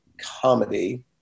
comedy